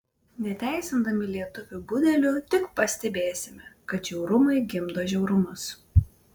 neteisindami lietuvių budelių tik pastebėsime kad žiaurumai gimdo žiaurumus